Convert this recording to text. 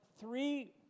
three